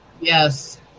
Yes